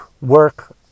work